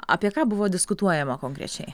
apie ką buvo diskutuojama konkrečiai